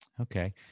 Okay